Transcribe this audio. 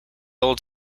old